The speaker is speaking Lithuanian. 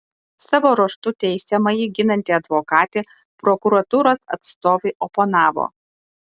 savo ruožtu teisiamąjį ginanti advokatė prokuratūros atstovui oponavo